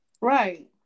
right